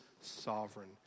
sovereign